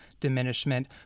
diminishment